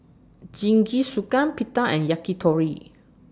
Jingisukan Pita and Yakitori